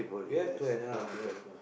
you have to have multiple